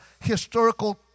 historical